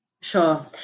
Sure